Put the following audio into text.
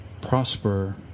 Prosper